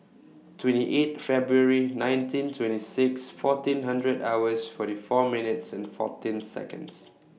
twenty eight February nineteen twenty six fourteen hundred hours forty four minutes and fourteen Seconds